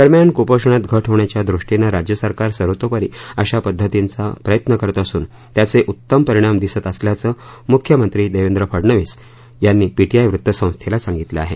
दरम्यान कुपोषणात घट होण्याच्या दृष्टीनं राज्य सरकार सर्वोत्तपरी अशा पद्धतींचा प्रयत्न करत असून त्याचे उत्तम परिणाम दिसत असल्याचं मुख्यमंत्री देवेंद्र फडणवीस यसांनी पीटीआय वृत्त संस्थेला सांगितलं आहे